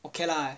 okay lah